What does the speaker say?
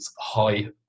high